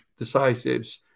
decisives